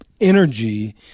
energy